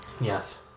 Yes